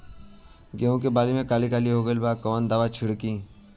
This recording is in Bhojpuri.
गेहूं के बाली में काली काली हो गइल बा कवन दावा छिड़कि?